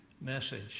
message